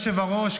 אדוני היושב-ראש,